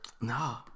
No